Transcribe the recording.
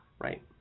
Right